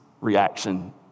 reaction